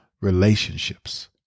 relationships